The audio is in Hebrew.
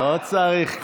לא צריך כל דבר,